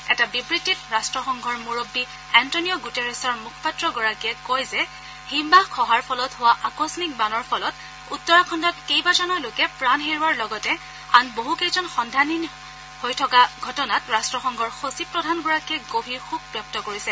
এটা বিবৃতিত ৰাষ্ট্ৰসংঘৰ মূৰববী এণ্টনিঅ গুটেৰেছৰ মুখপাত্ৰগৰাকীয়ে কয় যে হিমবাহ খহাৰ ফলত হোৱা আকম্মিক বানৰ ফলত উত্তৰাখণ্ডত কেইবাজনো লোকে প্ৰাণ হেৰুওৱাৰ লগতে আন বহুকেইজন সন্ধানহীন হৈ থকা ঘটনাত ৰট্টসংঘৰ সচিবপ্ৰধানগৰাকীয়ে গভীৰ শোক ব্যক্ত কৰিছে